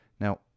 Now